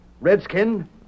Redskin